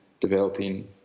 developing